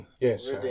Yes